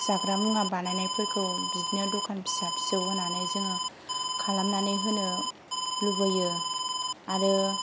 जाग्रा मुवा बानायनायफोरखौ बिदिनो दखान फिसा फिसौ होनानै जोङो खालामनानै होनो लुबैयो आरो